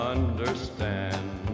Understand